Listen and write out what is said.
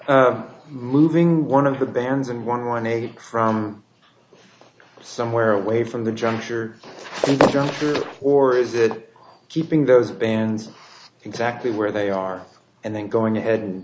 moving one of the bands and one more in a from somewhere away from the juncture director or is it keeping those bands exactly where they are and then going ahead and